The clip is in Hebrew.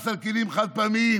מס על כלים חד-פעמיים,